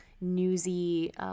newsy